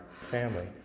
family